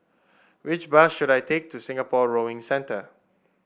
which bus should I take to Singapore Rowing Centre